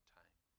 time